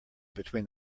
between